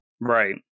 Right